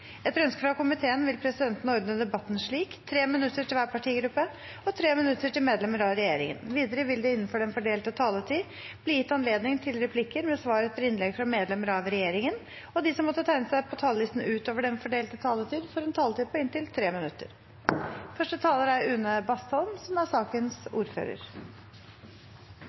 Etter ønske fra kontroll- og konstitusjonskomiteen vil presidenten ordne debatten slik: 5 minutter til hver partigruppe og 5 minutter til medlemmer av regjeringen. Videre vil det – innenfor den fordelte taletid – bli gitt anledning til inntil seks replikker med svar etter innlegg fra medlemmer av regjeringen, og de som måtte tegne seg på talerlisten utover den fordelte taletid, får en taletid på inntil 3 minutter. Som